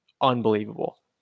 unbelievable